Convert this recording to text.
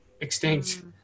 Extinct